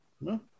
no